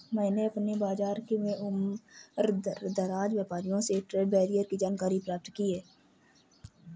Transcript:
मैंने अपने बाज़ार के उमरदराज व्यापारियों से ट्रेड बैरियर की जानकारी प्राप्त की है